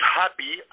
happy